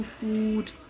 food